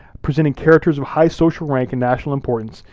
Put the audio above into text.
presenting characters of high social rank and national importance,